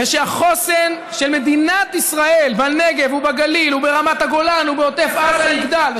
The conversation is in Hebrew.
שהחוסן של מדינת ישראל בנגב ובגליל וברמת הגולן ובעוטף עזה יגדל,